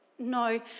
No